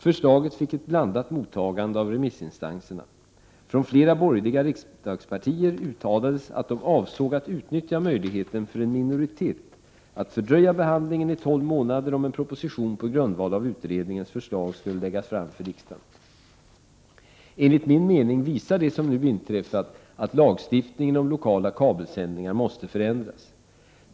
Förslaget fick ett blandat mottagande av remissinstanserna. Från flera borgerliga riksdagspartier uttalades att de avsåg att utnyttja möjligheten för en minoritet att fördröja behandlingen i tolv månader om en proposition på grundval av utredningens förslag skulle läggas fram för riksdagen. Enligt min mening visar det som nu inträffat att lagstiftningen om lokala kabelsändningar måste förändras.